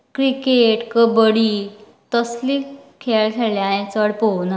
cricket kabaddi तसले खेळ खेळ्ळें हांयेन चड पोव ना